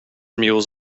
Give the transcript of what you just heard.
mules